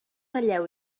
ratlleu